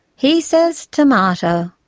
he says to-mah-to.